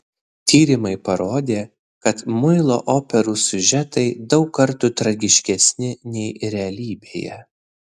tyrimai parodė kad muilo operų siužetai daug kartų tragiškesni nei realybėje